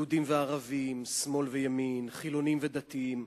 יהודים וערבים, שמאל וימין, חילונים ודתיים.